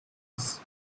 bases